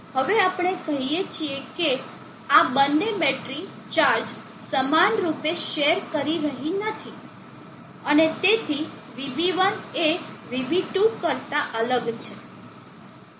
હવે આપણે કહીએ છીએ કે આ બંને બેટરી ચાર્જ સમાનરૂપે શેર કરી રહી નથી અને તેથી VB1 એ VB2 કરતા અલગ છે